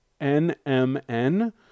NMN